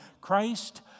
Christ